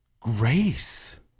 Grace